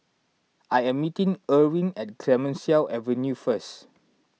I am meeting Irwin at Clemenceau Avenue first